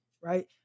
right